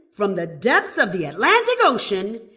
from the depths of the atlantic ocean,